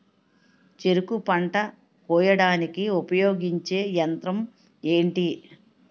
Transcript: చెరుకు పంట కోయడానికి ఉపయోగించే యంత్రం ఎంటి?